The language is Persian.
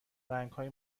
رنگهای